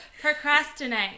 procrastinate